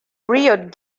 riot